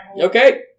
Okay